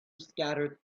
scattered